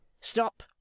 stop